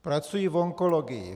Pracuji v onkologii.